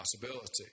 possibility